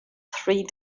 three